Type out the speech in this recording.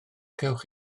cewch